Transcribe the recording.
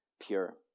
pure